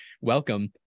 welcome